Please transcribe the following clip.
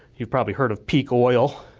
you've probably heard of peak oil,